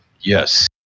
Yes